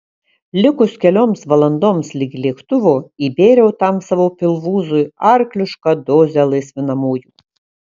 likus kelioms valandoms ligi lėktuvo įbėriau tam savo pilvūzui arklišką dozę laisvinamųjų